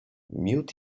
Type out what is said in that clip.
miód